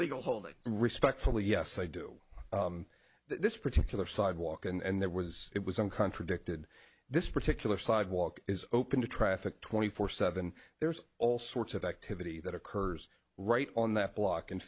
legal holding and respectfully yes i do this particular sidewalk and there was it was one contradicted this particular sidewalk is open to traffic twenty four seven there's all sorts of activity that occurs right on that block in